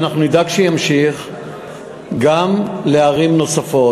ואנחנו נדאג שיגיע לערים נוספות.